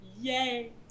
Yay